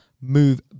move